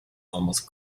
almost